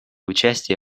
участие